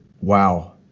wow